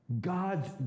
God's